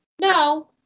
No